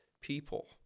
people